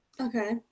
Okay